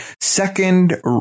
second